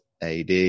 AD